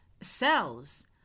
cells